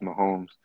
Mahomes